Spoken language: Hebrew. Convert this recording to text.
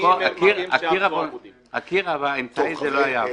הקיר האמצעי לא היה.